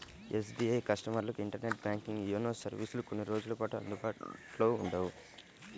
SBI కస్టమర్లకు internet banking, YONO సర్వీసులు కొన్ని రోజుల పాటు అందుబాటులో ఉండవు